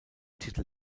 titel